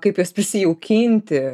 kaip juos prisijaukinti